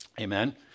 Amen